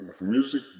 music